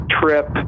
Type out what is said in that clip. trip